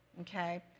Okay